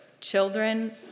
children